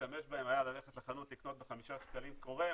להשתמש בהם היה ללכת לחנות לקנות ב-5 שקלים קורא,